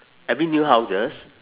every new houses